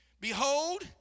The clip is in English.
Behold